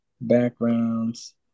backgrounds